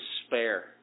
despair